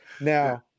Now